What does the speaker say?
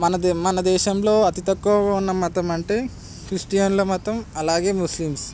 మన దే మన దేశంలో అతి తక్కువ ఉన్న మతం అంటే క్రిస్టియన్ల మతం అలాగే ముస్లిమ్స్